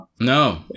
No